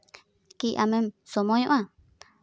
ᱠᱤ ᱟᱢᱮᱢ ᱥᱚᱢᱚᱭᱚᱜᱼᱟ